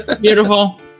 Beautiful